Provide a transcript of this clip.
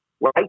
right